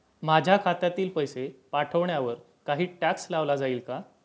माझ्या खात्यातील पैसे पाठवण्यावर काही टॅक्स लावला जाईल का?